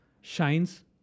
shines